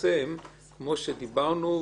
מתיישם כמו שדיברנו,